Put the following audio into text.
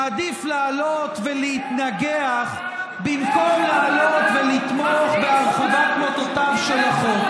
הוא מעדיף לעלות ולהתנגח במקום לעלות ולתמוך בהרחבת מוטותיו של החוק.